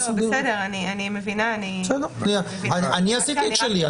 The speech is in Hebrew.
אני עשיתי את שלי.